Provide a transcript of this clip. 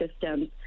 systems